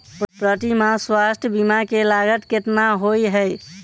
प्रति माह स्वास्थ्य बीमा केँ लागत केतना होइ है?